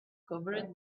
covered